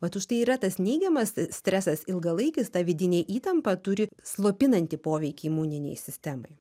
vat už tai yra tas neigiamas stresas ilgalaikis ta vidinė įtampa turi slopinantį poveikį imuninei sistemai